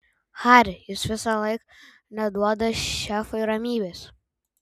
hari jis visąlaik neduoda šefui ramybės